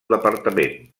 departament